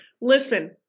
Listen